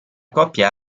coppia